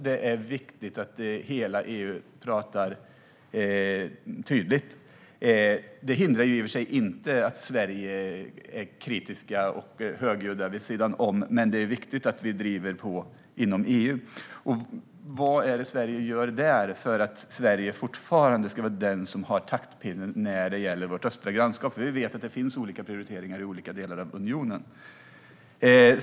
Det är viktigt att hela EU talar tydligt. Det hindrar i och för sig inte att Sverige är kritiskt och högljutt vid sidan om, men det är viktigt att vi driver på inom EU. Vad är det Sverige gör där för att fortfarande vara den som har taktpinnen när det gäller vårt östra grannskap? Vi vet att det finns olika prioriteringar i olika delar av unionen.